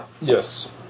Yes